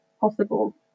possible